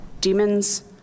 demons